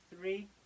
three